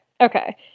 okay